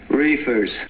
reefers